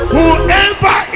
Whoever